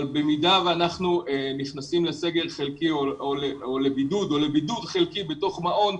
במידה ואנחנו נכנסים לסגר חלקי או לבידוד חלקי בתוך מעון,